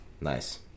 Nice